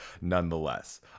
nonetheless